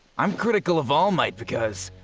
i'm critical of all might because